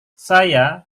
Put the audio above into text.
saya